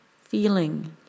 feeling